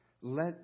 Let